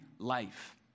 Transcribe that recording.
life